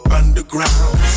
underground